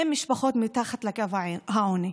הן משפחות מתחת לקו העוני.